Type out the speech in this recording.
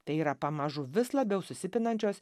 tai yra pamažu vis labiau susipinančios